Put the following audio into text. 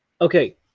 Okay